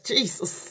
Jesus